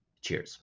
Cheers